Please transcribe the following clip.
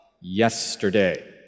yesterday